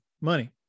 money